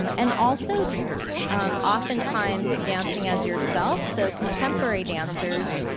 um and also um oftentimes dancing as yourself. so contemporary dancers